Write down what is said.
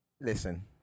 Listen